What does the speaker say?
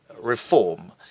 reform